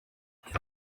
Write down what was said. aya